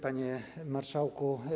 Panie Marszałku!